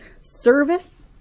Service